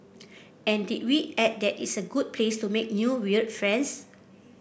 and did we add that it's a good place to make new weird friends